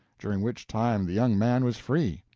during which time the young man was free.